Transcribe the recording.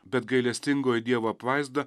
bet gailestingojo dievo apvaizda